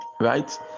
right